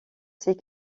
ses